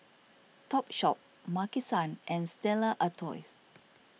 Topshop Maki San and Stella Artois